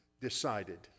decided